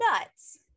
nuts